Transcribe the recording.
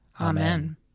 Amen